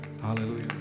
hallelujah